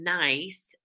nice